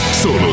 Solo